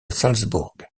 salzbourg